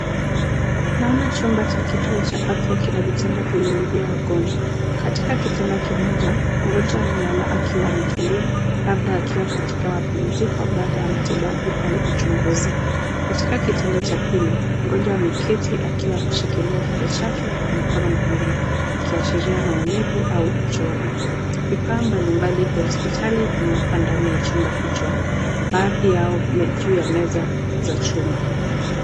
Naona chumba cha kituo cha afya kina vitanda viwili vya wagonjwa katika kitanda kimoja mgonjwa amelala akiwa ametulia labda akiwa katika mapumziko baada ya matibabu au uchunguzi. Katika kitanda cha pili mgonjwa ameketi akiwa ameshikilia kichwa chake kwa mikono miwili akiashiria maumivu au uchovu. Vifaa mbali mbali vya hospitali vimewekwa ndani ya chumba hicho baadhi yao juu ya meza za chuma.